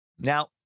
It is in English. Now